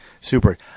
super